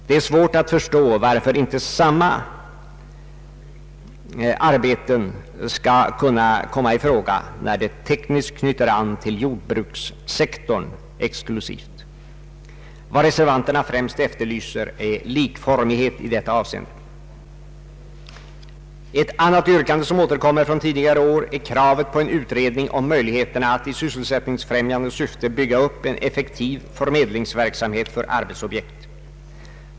Det är svårt att förstå varför inte samma arbeten skall kunna komma i fråga när de tekniskt knyter an till jordbrukssektorn exklusivt. Vad reservanterna främst efterlyser är likformighet i detta avseende. Ett annat yrkande, som återkommer från tidigare år, är kravet på en utredning om möjligheterna att i sysselsättningsfrämjande syfte bygga upp en effektiv förmedlingsverksamhet för arbetsojekt.